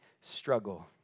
struggle